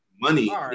money